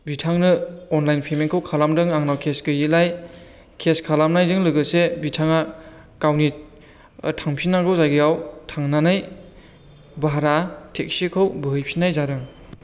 बिथांनो अनलाइन पेमेनखौ खालामदों आंनाव खेस गैयिलाय खेस खालामनायजों लोगोसे बिथाङा गावनि थांफिननांगौ जायगायाव थांनानै भारा टेक्सिखौ बोहैफिननाय जादों